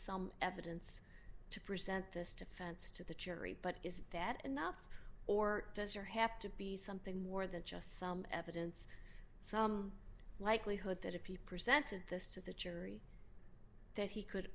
some evidence to present this defense to the cherry but is that enough or does your have to be something more than just some evidence some likelihood that if he presented this to the cherry that he could